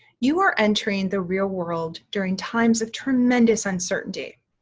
you are entering the real world during times of tremendous uncertainty.